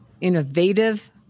innovative